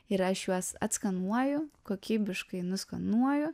ir aš juos atskanuoju kokybiškai nuskanuoju